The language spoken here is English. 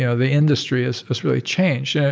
you know the industry has has really changed. yeah